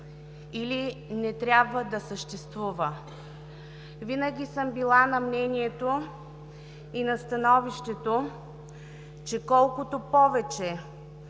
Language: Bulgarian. или не трябва да съществува. Винаги съм била на мнението и на становището, че колкото повече